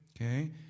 Okay